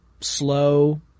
slow